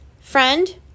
friend